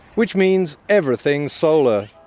which means everything solar.